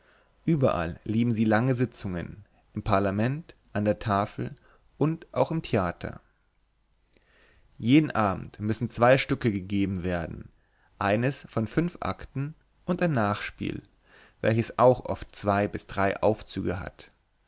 überall lieben sie lange sitzungen im parlament an der tafel und auch im theater jeden abend müssen zwei stücke gegeben werden eines von fünf akten und ein nachspiel welches auch oft zwei bis drei aufzüge hat